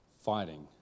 fighting